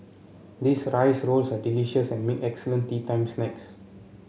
these rice rolls are delicious and make excellent teatime snacks